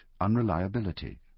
unreliability